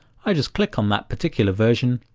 i just click on that particular version,